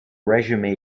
resume